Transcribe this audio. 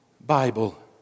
Bible